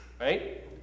right